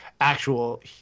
actual